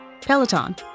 Peloton